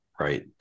right